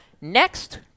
Next